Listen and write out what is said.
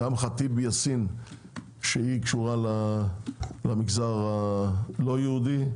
גם ח'טיב יאסין שקשורה למגזר הלא יהודי,